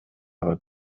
aber